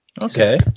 Okay